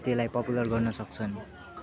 त्यसलाई पपुलर गर्न सक्छन्